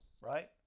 right